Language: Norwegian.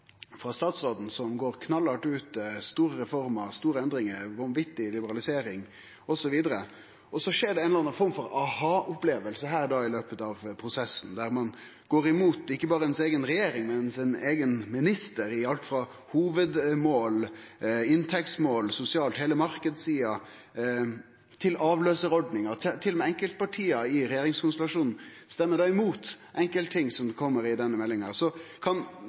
frå statsråden, som gjekk knallhardt ut med store reformer og endringar, vanvettig liberalisering osb. Så skjer det ei eller anna aha-oppleving under prosessen, der ein går imot ikkje berre eiga regjering, men også eigen minister, når det gjeld alt frå hovudmål, inntektsmål og heile marknadssida til avløysarordninga. Til og med enkeltparti i regjeringskonstellasjonen stemmer imot enkeltting i meldinga. Kan representanten frå Framstegspartiet forklare og gje oss litt innsikt i kva som